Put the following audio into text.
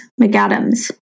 McAdams